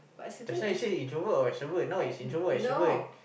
just now you say you're introvert or extrovert now it's introvert extrovert